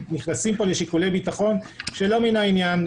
נכנסים פה לשיקולי ביטחון שלא מן העניין.